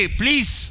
please